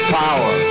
power